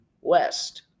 West